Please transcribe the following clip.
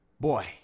boy